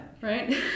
right